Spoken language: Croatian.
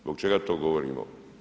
Zbog čega to govorimo?